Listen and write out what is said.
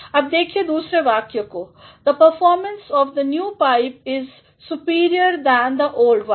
अब दिखिए दुसरे वाक्य को the performance of the new pipe is superior than the old once